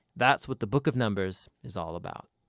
that's what the book of numbers is all about.